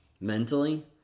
mentally